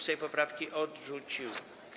Sejm poprawki odrzucił.